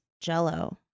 jello